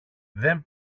δεν